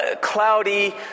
cloudy